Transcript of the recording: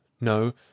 no